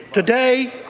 today